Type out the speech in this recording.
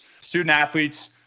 student-athletes